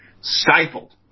stifled